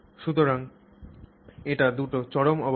সুতরাং এই দুটি চরম অবস্থা